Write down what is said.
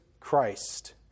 Christ